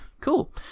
Cool